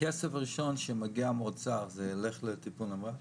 הכסף הראשון שמגיע מהאוצר זה יילך לטיפול נמרץ?